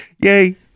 Yay